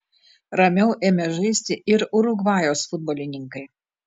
ramiau ėmė žaisti ir urugvajaus futbolininkai